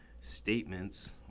statements